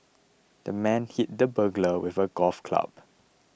the man hit the burglar with a golf club